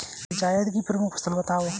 जायद की प्रमुख फसल बताओ